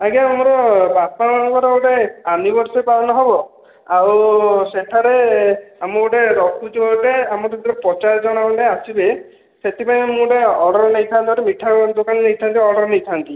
ଆଜ୍ଞା ଆମର ବାପା ମାଁ ଙ୍କର ଗୋଟିଏ ଆନିଭର୍ସରୀ ପାଳନ ହେବ ଆଉ ସେଠାରେ ମୁଁ ଗୋଟିଏ ରଖୁଛୁ ଗୋଟିଏ ଆମର ଯେଉଁଥିରେ ପଚାଶ ଜଣ ଖଣ୍ଡେ ଆସିବେ ସେଥିପାଇଁ ମୁଁ ଗୋଟିଏ ଅର୍ଡର ନେଇଥାନ୍ତି ମିଠା ଦୋକନ ନେଇଥାନ୍ତି ଅର୍ଡର ନେଇଥାନ୍ତି